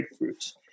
breakthroughs